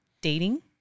dating